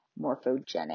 morphogenic